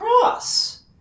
cross